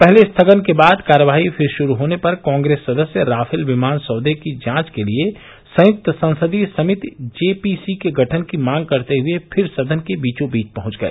पहले स्थगन के बाद कार्यवाही फिर शुरू होने पर कांग्रेस सदस्य राफेल विमान सौदे की जांच के लिए संयुक्त संसदीय समिति जे पी सी के गठन की मांग करते हुए फिर सदन के बीचें बीच पहुंच गए